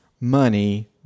money